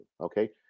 Okay